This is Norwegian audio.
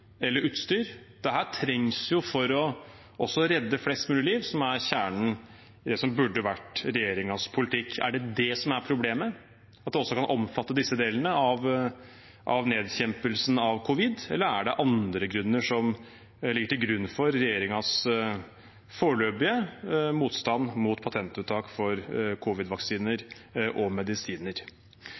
trengs jo for også å redde flest mulig liv, noe som er kjernen i det som burde vært regjeringens politikk. Er det det som er problemet, at det også kan omfatte disse delene av nedkjempelsen av covid, eller er det andre grunner som ligger til grunn for regjeringens foreløpige motstand mot patentunntak for covid-vaksiner og